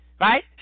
Right